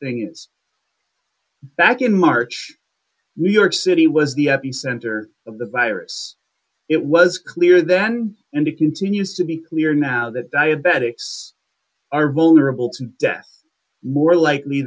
thing is back in march new york city was the epicenter of the virus it was clear then and a continues to be clear now that diabetics are vulnerable to death more likely